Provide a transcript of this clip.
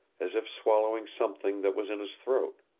as if swallowing something that was in his throat.